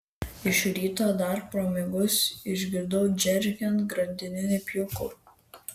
iš ryto dar pro miegus išgirdau džeržgiant grandininį pjūklą